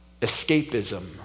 escapism